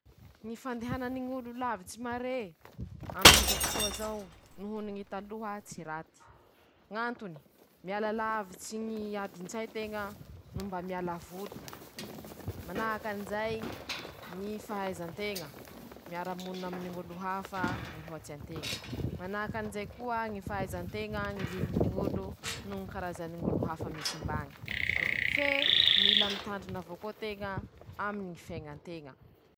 Ñy fomba hampirisihan-teña ñ'ajà hanao fanatanjahan-teña: -Manao fañatanjahan-tena miarakaminy teñaamizay i mazoto, atombokin-teña aminy ñy farany ñy mora, aminizay i mazoto avao koa ;atombokin-teña koa ñy karazan-tsakafo haniny, amizay i falifaly manao fanatanjahan-teña ;manahaky anizay ñy famoroñan-teña ñy fahafinareta tokony mahafinaritsy azy aminy izay fanatanjahan-teña ampanaovinteña azy zay.